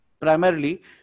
Primarily